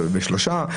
ושלושה,